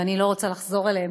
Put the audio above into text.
ואני לא רוצה לחזור עליהם,